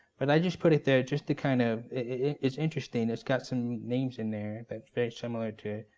but i just put it there just to kind of it's interesting. it's got some names in there that's very similar to,